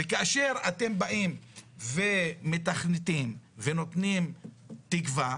וכאשר אתם באים ומתכננים ונותנים תקווה,